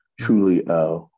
truly